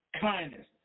kindness